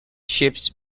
ships